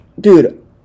Dude